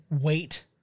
wait